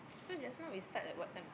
so just now is start at what time ah